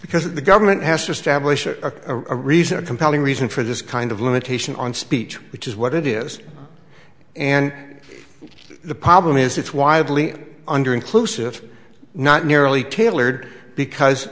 because the government has to establish a a reason a compelling reason for this kind of limitation on speech which is what it is and the problem is it's widely under inclusive not merely tailored because